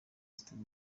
zitari